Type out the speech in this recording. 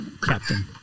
Captain